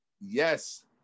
Yes